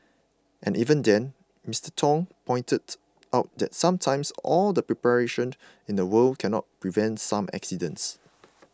and even then Mister Tong pointed out that sometimes all the preparation in the world cannot prevent some accidents